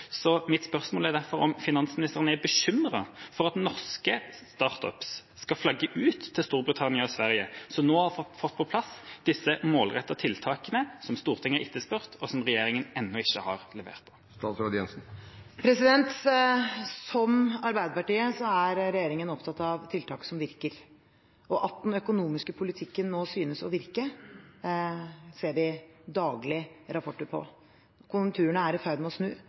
Så mitt spørsmål er derfor: Er finansministeren bekymret for at norske «startups» skal flagge ut til Storbritannia og Sverige, som nå har fått på plass disse målrettede tiltakene som Stortinget har etterspurt, og som regjeringa ennå ikke har levert? Som Arbeiderpartiet er regjeringen opptatt av tiltak som virker. At den økonomiske politikken nå synes å virke, ser vi daglig rapporter på. Konjunkturene er i ferd med å snu,